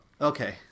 Okay